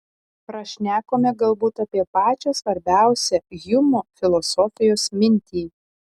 prašnekome galbūt apie pačią svarbiausią hjumo filosofijos mintį